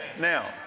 Now